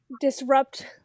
disrupt